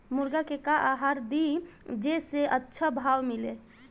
मुर्गा के का आहार दी जे से अच्छा भाव मिले?